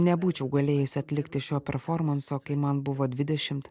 nebūčiau galėjusi atlikti šio performanso kai man buvo dvidešimt